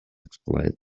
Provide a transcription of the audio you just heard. exploit